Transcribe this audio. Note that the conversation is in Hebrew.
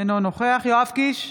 אינו נוכח יואב קיש,